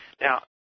Now